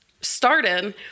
started